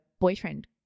boyfriend